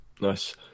Nice